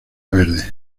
verde